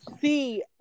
see